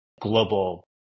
global